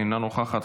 אינה נוכחת,